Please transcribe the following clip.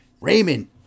Raymond